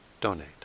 donate